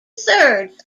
thirds